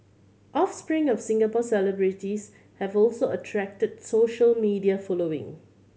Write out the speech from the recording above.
offspring of Singapore celebrities have also attracted social media following